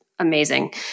Amazing